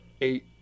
eight